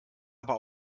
aber